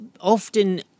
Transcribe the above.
Often